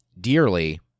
dearly